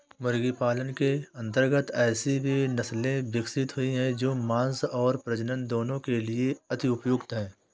मुर्गी पालन के अंतर्गत ऐसी भी नसले विकसित हुई हैं जो मांस और प्रजनन दोनों के लिए अति उपयुक्त हैं